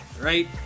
Right